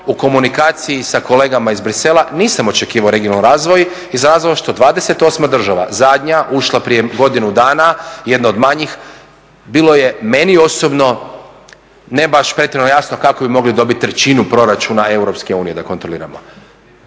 u komunikaciji sa kolegama iz Bruxellesa nisam očekivao regionalni razvoj iz razloga što 28 država, zadnja ušla prije godinu dana i jedna od manjih, bilo je meni osobno ne baš pretjerano jasno kako bi mogli dobiti trećinu proračuna EU da kontroliramo.